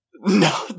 No